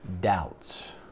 doubts